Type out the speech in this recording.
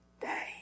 day